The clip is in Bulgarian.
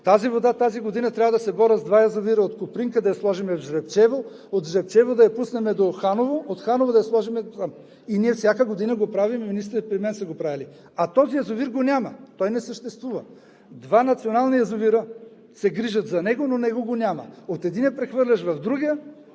и повече. Тази година трябва да се боря с два язовира – от „Копринка“ да я сложим в „Жребчево“, от „Жребчево“ да я пуснем до „Ханово“, от „Ханово“ да я сложим там. И ние всяка година го правим, министрите и преди мен са го правили, а този язовир го няма, той не съществува. Два национални язовира се грижат за него, но него го няма. От единия прехвърляш в другия,